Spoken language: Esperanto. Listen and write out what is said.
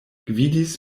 gvidis